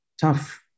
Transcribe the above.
tough